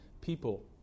people